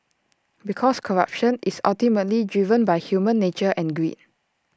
because corruption is ultimately driven by human nature and greed